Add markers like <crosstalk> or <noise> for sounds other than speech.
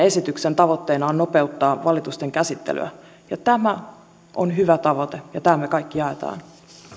<unintelligible> esityksen tavoitteena on nopeuttaa valitusten käsittelyä tämä on hyvä tavoite ja tämän me kaikki jaamme